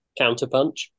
counterpunch